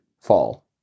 fall